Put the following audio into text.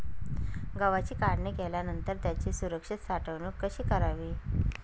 गव्हाची काढणी केल्यानंतर त्याची सुरक्षित साठवणूक कशी करावी?